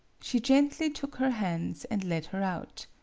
she gently took her hands and led her out.